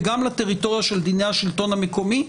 וגם לטריטוריה של דיני השלטון המקומי.